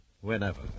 Whenever